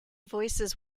voices